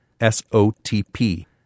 S-O-T-P